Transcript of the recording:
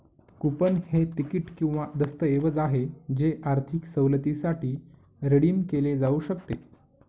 coupon हे तिकीट किंवा दस्तऐवज आहे जे आर्थिक सवलतीसाठी रिडीम केले जाऊ शकते